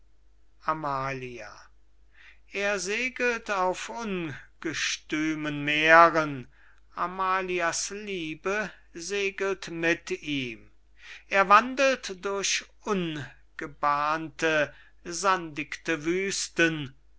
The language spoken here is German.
amalia er seegelt auf ungestümen meeren amalia's liebe seegelt mit ihm er wandelt durch ungebahnte sandigte wüsten